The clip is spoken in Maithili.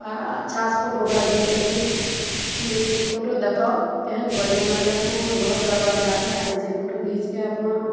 आ अच्छा से फोटो ओकरा घीच लै छै ई फोटो देखऽ केहेन बढ़िऑं लागलै अपना अपना घर दरबाजामे दए दै छै फोटो घीचके अपना